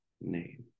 name